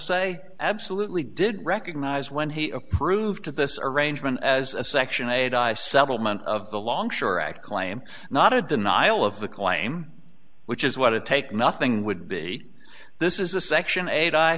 say absolutely did recognize when he approved of this arrangement as a section a di settlement of the longshore act claim not a denial of the claim which is what it take nothing would be this is a section eight i